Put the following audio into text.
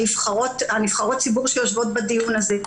נבחרות הציבור שיושבות בדיון הזה,